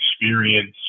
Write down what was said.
experience